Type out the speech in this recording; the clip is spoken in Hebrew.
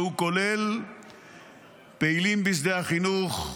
והוא כולל פעילים בשדה החינוך,